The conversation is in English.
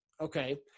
okay